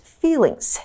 feelings